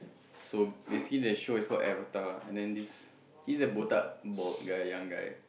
so basically that show is called Avatar and then this he's a botak bald guy young guy